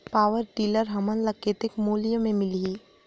Power tiller हमन ल कतेक मूल्य मे मिल सकथे?